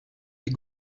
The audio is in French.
lès